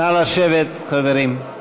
נא לשבת, חברים.